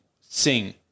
sing